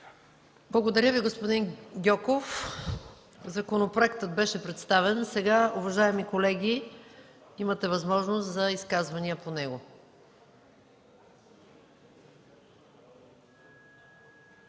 Благодаря Ви, господин Гьоков. Законопроектът беше представен, а сега, уважаеми колеги, имате възможност за изказвания по него.